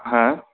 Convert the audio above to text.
হ্যাঁ